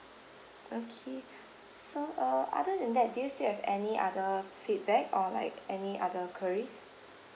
okay so uh other than that do you still have any other feedback or like any other queries